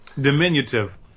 Diminutive